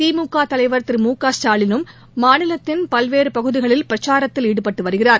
திமுகதலைவர் திரு மு க ஸ்டாலினும் மாநிலத்தின் பல்வேறுபகுதிகளில் பிரச்சாரத்தில் ஈடுபட்டுவருகிறார்